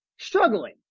Struggling